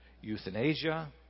euthanasia